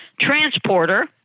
transporter